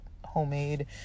homemade